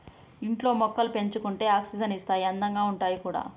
ఇంట్లో మొక్కలు పెంచుకుంటే ఆక్సిజన్ ఇస్తాయి అందంగా ఉంటాయి కూడా